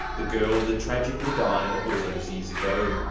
the girl that tragically died all those years ago.